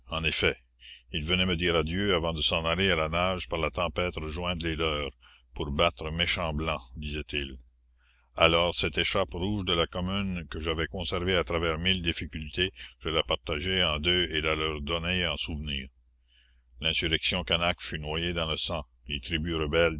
en effet ils venaient me dire adieu avant de s'en aller à la nage par la tempête rejoindre les leurs pour battre méchants blancs disaient-ils alors cette écharpe rouge de la commune que j'avais conservée à travers mille difficultés je la partageai en deux et la leur donnai en souvenir l'insurrection canaque fut noyée dans le sang les tribus rebelles